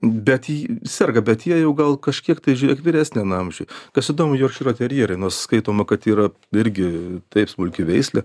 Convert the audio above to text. bet ji serga bet jie jau gal kažkiek tai žiūrėk vyresnian amžiuj kas įdomu jorkšyro terjerai nors skaitoma kad yra irgi taip smulki veislė